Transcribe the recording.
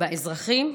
באזרחים?